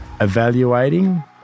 evaluating